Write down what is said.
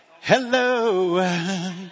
Hello